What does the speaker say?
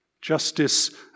Justice